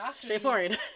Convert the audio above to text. straightforward